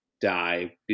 die